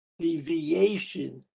Deviation